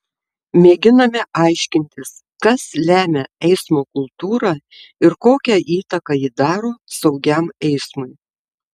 mėginame aiškintis kas lemia eismo kultūrą ir kokią įtaką ji daro saugiam eismui